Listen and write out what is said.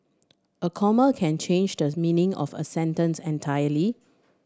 a comma can change does meaning of a sentence entirely